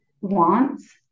wants